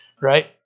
right